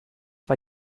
war